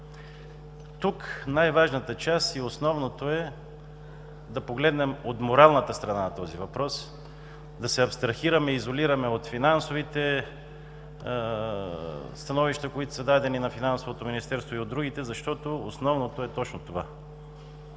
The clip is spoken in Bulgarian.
Тук най-важната част и основното е да погледнем от моралната страна на този въпрос. Да се абстрахираме и изолираме от финансовите становища, които са дадени на Финансовото министерство и от другите, защото основното е точно това.